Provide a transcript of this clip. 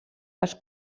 dels